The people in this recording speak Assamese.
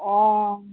অঁ